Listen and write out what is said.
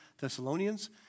Thessalonians